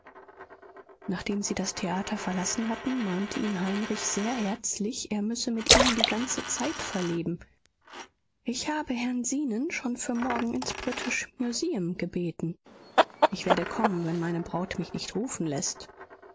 nachdem sie das theater verlassen hatten mahnte ihn heinrich sehr herzlich er müsse mit ihnen die ganze zeit verleben ich habe herrn zenon schon für morgen ins british museum gebeten ich werde kommen wenn meine braut mich nicht rufen läßt